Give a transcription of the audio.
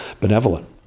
benevolent